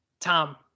Tom